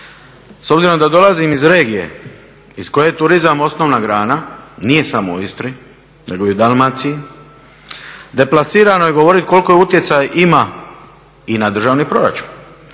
S obzirom da dolazim iz regije iz koje je turizam osnovna grana, nije samo u Istri nego i u Dalmaciji, deplasirano je govoriti koliko utjecaja ima i na državni proračun.